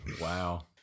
wow